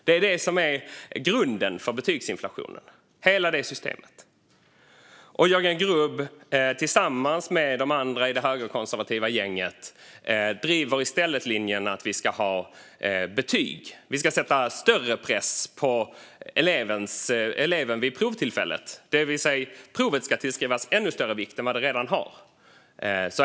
Hela det systemet är grunden för betygsinflationen. Jörgen Grubb driver tillsammans med de andra i det högerkonservativa gänget i stället linjen att vi ska ha betygsystem som sätter större press på eleven vid provtillfället. Provet ska alltså tillskrivas ännu större vikt än det redan gör.